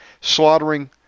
slaughtering